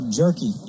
jerky